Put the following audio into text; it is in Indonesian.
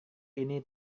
ini